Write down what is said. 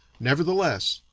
nevertheless,